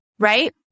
right